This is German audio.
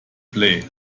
play